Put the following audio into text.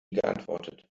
geantwortet